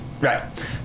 right